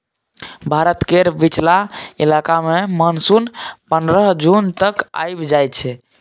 भारत केर बीचला इलाका मे मानसून पनरह जून तक आइब जाइ छै